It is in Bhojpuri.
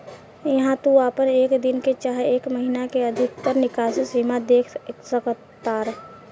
इहा तू आपन एक दिन के चाहे एक महीने के अधिकतर निकासी सीमा देख सकतार